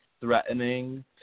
threatening